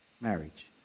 marriage